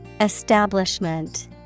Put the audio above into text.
Establishment